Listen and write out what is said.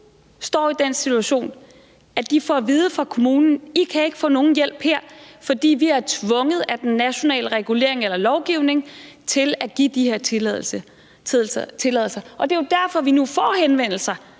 står i den situation, at de får at vide fra kommunen: I kan ikke få nogen hjælp her, fordi vi er tvunget af den nationale lovgivning til at give de her tilladelser. Og det er jo derfor, vi nu får henvendelser